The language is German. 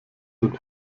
denn